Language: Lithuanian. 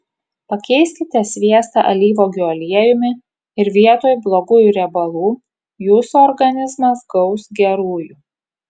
pakeiskite sviestą alyvuogių aliejumi ir vietoj blogųjų riebalų jūsų organizmas gaus gerųjų